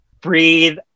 breathe